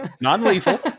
non-lethal